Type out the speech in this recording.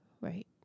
Right